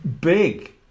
big